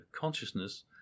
consciousness